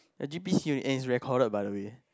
your G_P C and it's recorded by the way